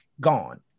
gone